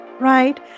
right